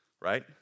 right